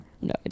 No